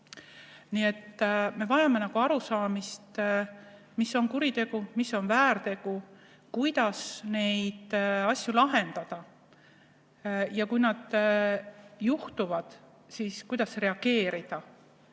Nii et me vajame arusaamist, mis on kuritegu, mis on väärtegu, kuidas neid asju lahendada. Ja kui need asjad juhtuvad, siis kuidas reageerida.